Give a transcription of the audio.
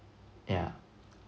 yeah